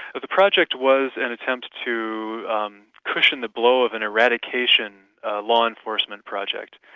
the project was an attempt to um cushion the blow of an eradication law enforcement project.